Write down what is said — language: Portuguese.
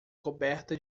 coberta